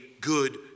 good